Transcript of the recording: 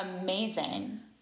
amazing